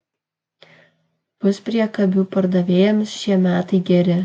puspriekabių pardavėjams šie metai geri